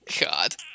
God